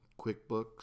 QuickBooks